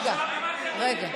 רגע, רגע.